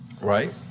right